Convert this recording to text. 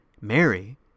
Mary